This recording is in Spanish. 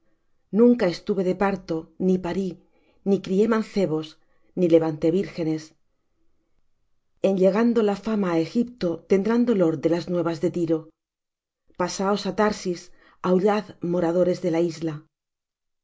nunca estuve de parto ni parí ni crié mancebos ni levanté vírgenes en llegando la fama á egipto tendrán dolor de las nuevas de tiro pasaos á tarsis aullad moradores de la isla no